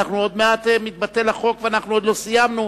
עוד מעט מתבטל החוק ואנחנו עוד לא סיימנו.